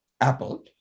apple